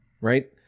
right